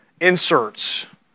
inserts